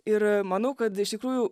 ir manau kad iš tikrųjų